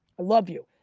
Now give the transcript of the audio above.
i love you.